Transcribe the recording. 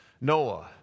Noah